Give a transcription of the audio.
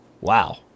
Wow